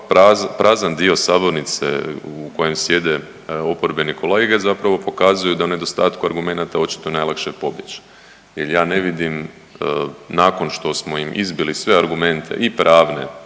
prazan dio sabornice u kojem sjede oporbene kolege zapravo pokazuje da u nedostatku argumenata očito je najlakše pobjeći jer ja ne vidim nakon što smo im izbili sve argumente i pravne